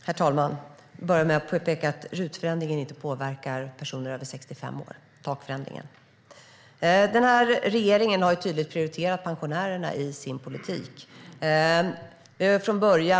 Herr talman! Jag vill börja med att påpeka att takförändringen i RUT-avdraget inte påverkar personer över 65 år. Den här regeringen har tydligt prioriterat pensionärerna i sin politik.